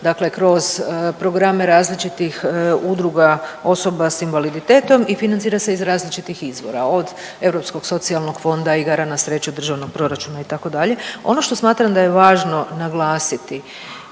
dakle kroz programe različitih udruga osoba s invaliditetom i financira se iz različitih izvora, od Europskog socijalnog fonda, igara na sreću, Državnog proračuna itd. Ono što smatram da je važno naglasiti